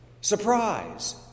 Surprise